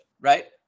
right